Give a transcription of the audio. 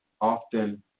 often